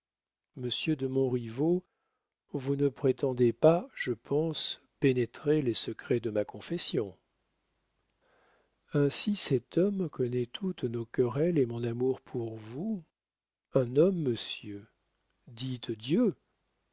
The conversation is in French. monsieur de montriveau vous ne prétendez pas je pense pénétrer les secrets de ma confession ainsi cet homme connaît toutes nos querelles et mon amour pour vous un homme monsieur dites dieu